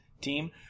team